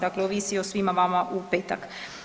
Dakle, ovisi o svima vama u petak.